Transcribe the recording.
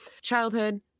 childhood